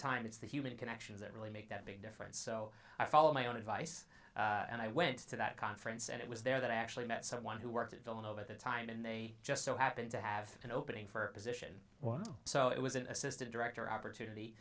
time it's the human connections that really make that big difference so i follow my own advice and i went to that conference and it was there that i actually met someone who worked at villanova at the time and they just so happened to have an opening for a position well so it was an assistant director opportunity